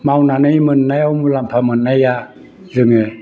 मावनानै मोननायाव मुलाम्फा मोननाया जोङो